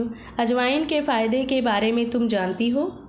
अजवाइन के फायदों के बारे में तुम जानती हो?